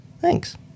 Thanks